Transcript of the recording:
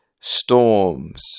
storms